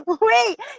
wait